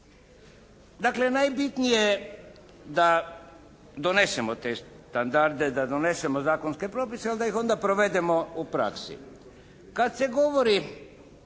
Dakle najbitnije je da donesemo te standarde, da donesemo zakonske propise ali da ih onda provedemo u praksi. Kad se govori